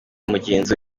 mugenzi